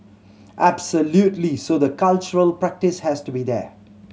absolutely so the cultural practise has to be there